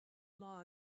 law